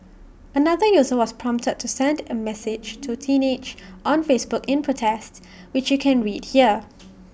another user was prompted to send A message to teenage on Facebook in protest which you can read here